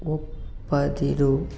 ಒಪ್ಪದಿರು